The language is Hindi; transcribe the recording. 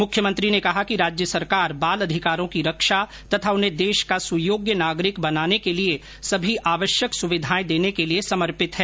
मुख्यमंत्री ने कहा कि राज्य सरकार बाल अधिकारों की रक्षा तथा उन्हें देश का सुयोग्य नागरिक बनाने के लिए सभी आवश्यक सुविधाएं देने के लिए समर्पित है